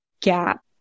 gap